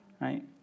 right